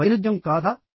ఇది వైరుధ్యం కాదా